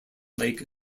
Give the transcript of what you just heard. lake